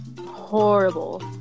Horrible